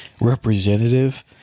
representative